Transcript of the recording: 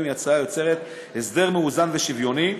היא הצעה שיוצרת הסדר מאוזן ושוויוני,